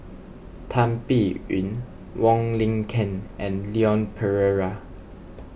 Tan Biyun Wong Lin Ken and Leon Perera